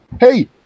Hey